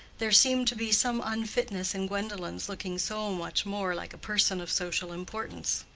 there seemed to be some unfitness in gwendolen's looking so much more like a person of social importance.